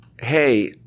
hey